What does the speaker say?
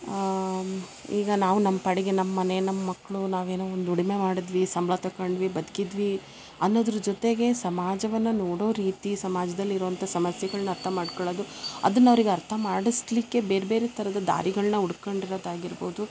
ಈಗ ನಾವು ನಮ್ಮ ಪಾಡಿಗೆ ನಮ್ಮ ಮನೆ ನಮ್ಮ ಮಕ್ಕಳು ನಾವೇನೋ ಒಂದು ದುಡಿಮೆ ಮಾಡದ್ವಿ ಸಂಬಳ ತಕೊಂಡ್ವಿ ಬದುಕಿದ್ವಿ ಅನ್ನೋದ್ರ ಜೊತೆಗೆ ಸಮಾಜವನ್ನ ನೋಡೋ ರೀತಿ ಸಮಾಜ್ದಲ್ಲಿರುವಂಥಾ ಸಮಸ್ಯೆಗಳ್ನ ಅರ್ಥ ಮಾಡ್ಕೊಳ್ಳೋದು ಅದನ್ನ ಅವ್ರಿಗೆ ಅರ್ಥ ಮಾಡಿಸಲಿಕ್ಕೆ ಬೇರೆ ಬೇರೆ ಥರದ ದಾರಿಗಳನ್ನ ಹುಡ್ಕಂಡಿರೋದು ಆಗಿರ್ಬೋದು